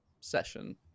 session